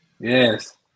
Yes